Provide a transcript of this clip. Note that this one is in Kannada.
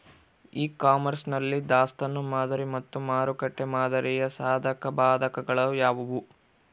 ಇ ಕಾಮರ್ಸ್ ನಲ್ಲಿ ದಾಸ್ತನು ಮಾದರಿ ಮತ್ತು ಮಾರುಕಟ್ಟೆ ಮಾದರಿಯ ಸಾಧಕಬಾಧಕಗಳು ಯಾವುವು?